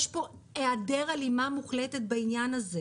יש פה היעדר הלימה מוחלטת בעניין הזה.